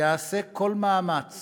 ייעשה כל מאמץ